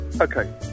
Okay